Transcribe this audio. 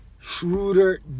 Schroeder